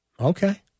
Okay